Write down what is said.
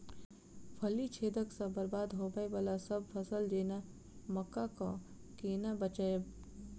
फली छेदक सँ बरबाद होबय वलासभ फसल जेना मक्का कऽ केना बचयब?